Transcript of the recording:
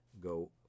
go